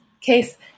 case